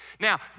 Now